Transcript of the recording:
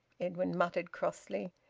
edwin muttered crossly.